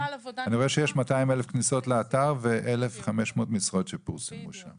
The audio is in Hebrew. אני רואה שיש 200,000 כניסות לאתר ו-1,500 משרות מפורסמות שם.